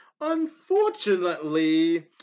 Unfortunately